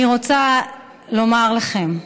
אני רוצה לומר לכם,